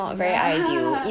ya